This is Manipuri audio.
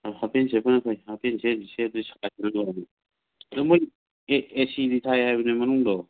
ꯍꯥꯞ ꯄꯦꯟ ꯁꯦꯠꯄꯅ ꯐꯩ ꯍꯥꯞ ꯄꯦꯟ ꯁꯦꯠꯄꯁꯦ ꯑꯗꯨ ꯃꯣꯏꯒꯤ ꯑꯦꯁꯤꯗꯤ ꯊꯥꯏ ꯍꯥꯏꯕꯅꯦ ꯃꯅꯨꯡꯗꯣ